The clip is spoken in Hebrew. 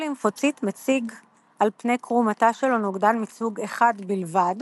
כל לימפוציט מציג על פני קרום התא שלו נוגדן מסוג אחד בלבד.